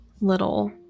little